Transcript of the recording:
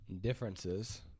differences